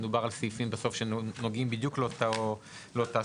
מדובר על סעיפים שנוגעים בדיוק לאותה סוגיה.